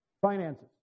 Finances